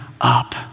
up